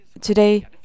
Today